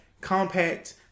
compact